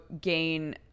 gain